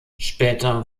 später